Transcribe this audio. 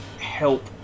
help